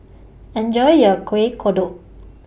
Enjoy your Kueh Kodok